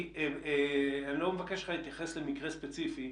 איני מבקש שתתייחס למקרה ספציפי,